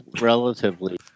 relatively